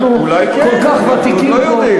אולי כן, אנחנו עוד לא יודעים.